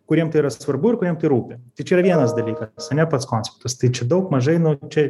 kuriem tai yra svarbu ir kuriem tai rūpi tai čia yra vienas dalykas ane pats konceptas tai čia daug mažai nu čia